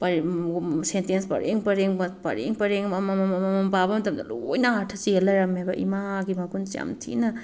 sentence ꯄꯔꯦꯡ ꯄꯔꯦꯡ ꯄꯔꯦꯡ ꯄꯔꯦꯡ ꯑꯃꯃꯝ ꯑꯃꯃꯝ ꯄꯥꯕ ꯃꯇꯝꯗ ꯂꯣꯏꯅ ꯑꯥꯔꯊ ꯆꯦꯜ ꯂꯩꯔꯝꯃꯦꯕ ꯏꯃꯥꯒꯤ ꯃꯒꯨꯜꯁꯦ ꯌꯥꯝ ꯊꯤꯅ